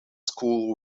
school